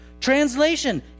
Translation